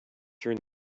turn